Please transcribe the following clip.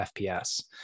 FPS